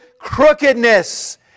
crookedness